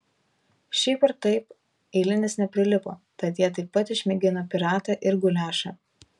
šiaip ar taip eilinis neprilipo tad jie taip pat išmėgino piratą ir guliašą